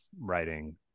writing